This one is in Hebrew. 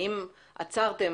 האם עצרתם?